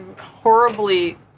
horribly